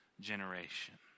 generation